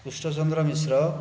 Krishnachandra Mishra